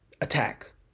Attack